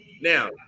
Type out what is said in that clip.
Now